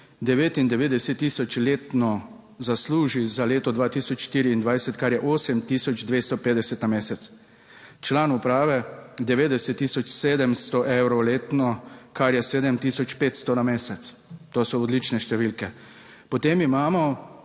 99000 letno zasluži za leto 2024, kar je 8250 na mesec, član uprave 90700 evrov letno, kar je 7500 na mesec. To so odlične številke. Potem imamo